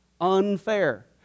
Unfair